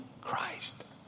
Christ